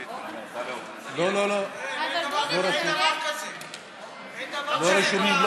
לא, אין דבר כזה בנוהל.